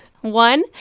One